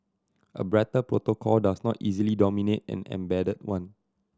a brighter protocol does not easily dominate an embedded one